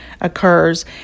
occurs